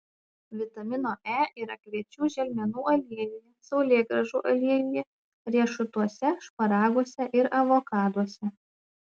vitamino e yra kviečių želmenų aliejuje saulėgrąžų aliejuje riešutuose šparaguose ir avokaduose